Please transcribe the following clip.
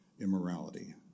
immorality